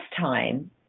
time